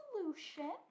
solution